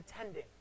attending